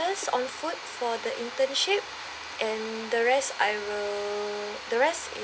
on food for the internship and the rest I will the rest